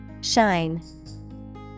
Shine